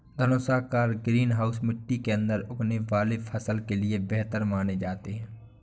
धनुषाकार greenhouse मिट्टी के अंदर उगने वाले फसल के लिए बेहतर माने जाते हैं